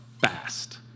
fast